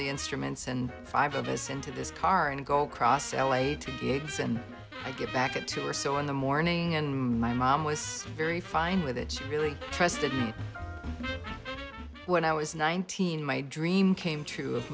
the instruments and five of us into this car and go across l a to gigs and i get back at two or so in the morning and my mom was very fine with it she really trusted me when i was nineteen my dream came true of